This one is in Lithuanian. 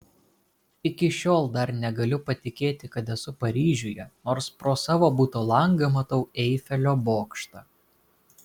iki šiol dar negaliu patikėti kad esu paryžiuje nors pro savo buto langą matau eifelio bokštą